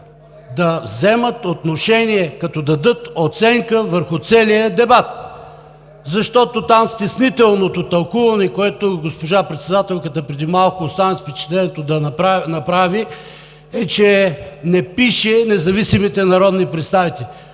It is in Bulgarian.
да вземат отношение, като дадат оценка върху целия дебат? Защото там стеснителното тълкуване, което госпожа председателката преди малко, останах с впечатлението, направи, е, че не пише независимите народни представители.